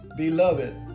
Beloved